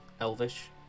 elvish